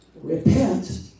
repent